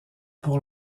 pour